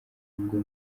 ngo